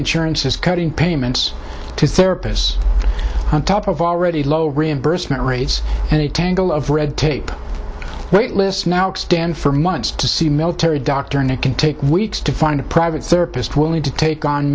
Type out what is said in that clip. insurance is cutting payments to serapis on top of already low reimbursement rates and a tangle of red tape right lists now extend for months to see military doctor and it can take weeks to find a private service too willing to take on